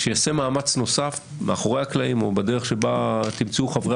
שייעשה מאמץ נוסף מאחורי הקלעים או בדרך אותה תמצאו לנכון חברי